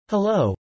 Hello